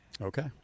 Okay